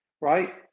Right